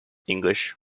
english